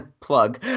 plug